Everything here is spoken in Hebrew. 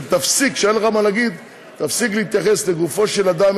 וכשאין לך מה להגיד תפסיק להתייחס לגופו של אדם,